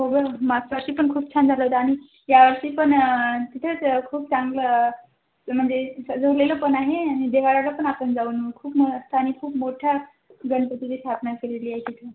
हो गं मागच्या वर्षी पण खूप छान झालं होतं आणि यावर्षी पण तिथेच खूप चांगलं म्हणजे सजवलेलं पण आहे आपण जाऊ ना खूप मस्त आणि खूप मोठ्या गणपतीची स्थापना केलेली आहे तिथे